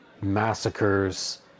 massacres